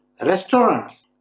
restaurants